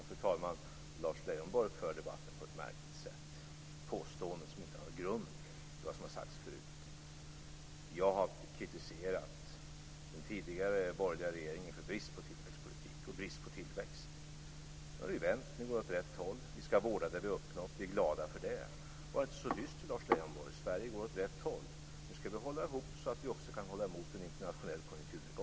Fru talman! Lars Leijonborg för debatten på ett märkligt sätt. Han gör påståenden som inte har någon grund i vad som har sagts förut. Jag har kritiserat den tidigare borgerliga regeringen för brist på tillväxtpolitik och brist på tillväxt. Nu har det ju vänt. Nu går det åt rätt håll. Vi skall vårda det vi har uppnått. Vi är glada för det. Var inte så dyster, Lars Leijonborg. Sverige går åt rätt håll. Nu skall vi hålla ihop så att vi också kan hålla emot en internationell konjunkturnedgång.